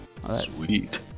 Sweet